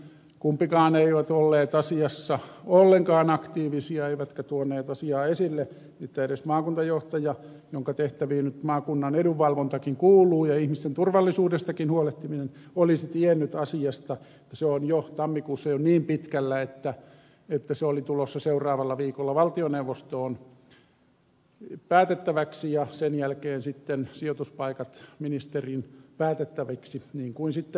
kumpikaan ei ollut asiassa ollenkaan aktiivinen eikä tuonut asiaa esille jotta edes maakuntajohtaja jonka tehtäviin nyt maakunnan edunvalvontakin kuuluu ja ihmisten turvallisuudesta huolehtiminen olisi tiennyt asiasta että se on tammikuussa jo niin pitkällä että se oli tulossa seuraavalla viikolla valtioneuvostoon päätettäväksi ja sen jälkeen sitten sijoituspaikat ministerin päätettäviksi niin kuin sitten tapahtui